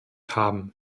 haben